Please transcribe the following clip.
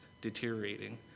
deteriorating